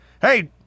hey